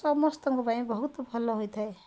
ସମସ୍ତଙ୍କ ପାଇଁ ବହୁତ ଭଲ ହୋଇଥାଏ